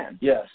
Yes